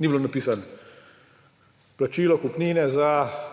ni bilo napisano: plačilo kupnine za